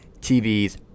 TVs